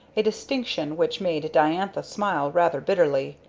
a distinction which made diantha smile rather bitterly.